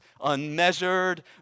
unmeasured